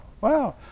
wow